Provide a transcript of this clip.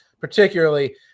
particularly